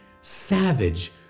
savage